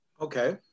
Okay